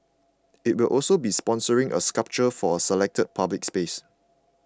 it will also be sponsoring a sculpture for a selected public space